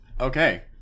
Okay